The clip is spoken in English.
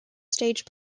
stage